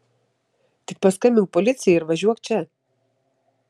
tik paskambink policijai ir važiuok čia